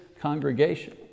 congregation